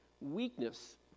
weakness